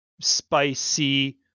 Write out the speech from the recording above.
spicy